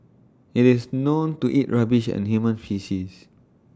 IT is known to eat rubbish and human faeces